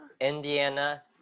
Indiana